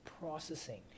processing